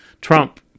Trump